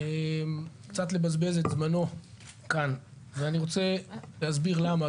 קצת לבזבז את זמנו כאן ואני רוצה להסביר למה,